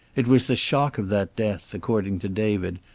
it was the shock of that death, according to david,